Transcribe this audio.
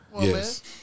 Yes